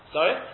Sorry